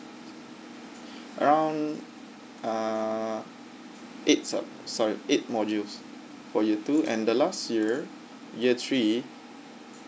around uh it's eight sorry eight modules for year two and the last year year three